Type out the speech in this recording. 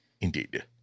Indeed